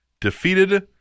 defeated